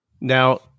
Now